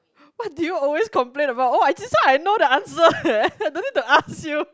what did you always complain about oh I this one I know the answer eh don't need to ask you